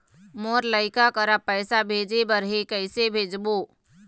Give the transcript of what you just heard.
मोर लइका करा पैसा भेजें बर हे, कइसे भेजबो?